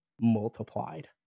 multiplied